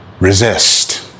resist